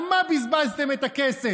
על מה בזבזתם את הכסף?